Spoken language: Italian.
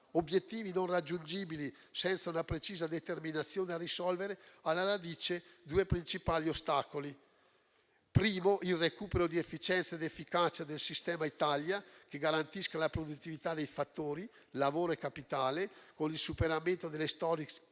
obiettivi non raggiungibili senza una precisa determinazione a risolvere alla radice due principali ostacoli: in primo luogo, il recupero di efficienza ed efficacia del sistema Italia, che garantisca la produttività dei fattori, lavoro e capitale, con il superamento delle storiche criticità